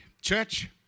Church